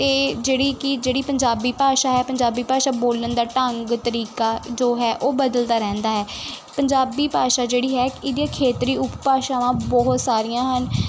ਅਤੇ ਜਿਹੜੀ ਕਿ ਜਿਹੜੀ ਪੰਜਾਬੀ ਭਾਸ਼ਾ ਹੈ ਪੰਜਾਬੀ ਭਾਸ਼ਾ ਬੋਲਣ ਦਾ ਢੰਗ ਤਰੀਕਾ ਜੋ ਹੈ ਉਹ ਬਦਲਦਾ ਰਹਿੰਦਾ ਹੈ ਪੰਜਾਬੀ ਭਾਸ਼ਾ ਜਿਹੜੀ ਹੈ ਇਹਦੀਆਂ ਖੇਤਰੀ ਉਪਭਾਸ਼ਾਵਾਂ ਬਹੁਤ ਸਾਰੀਆਂ ਹਨ